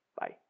Bye